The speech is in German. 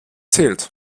zählt